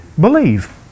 believe